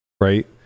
Right